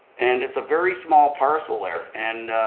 and it's a very small parcel there. and,